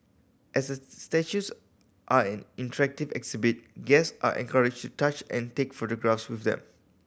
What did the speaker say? as the statues are an interactive exhibit guest are encouraged to touch and take photographs with them